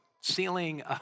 ceiling